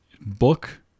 book